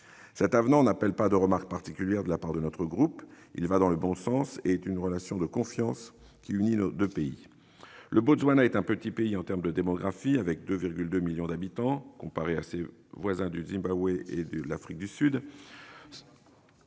de 2017. Il n'appelle pas de remarques particulières de la part de notre groupe : il va dans le bon sens et une relation de confiance unit les deux pays. Le Botswana est un petit pays en termes de démographie, avec 2,2 millions d'habitants, comparé à ses voisins le Zimbabwe et l'Afrique du Sud.